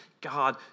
God